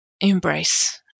embrace